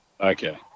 Okay